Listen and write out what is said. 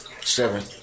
Seven